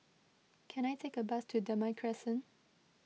can I take a bus to Damai Crescent